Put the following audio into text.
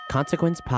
Consequence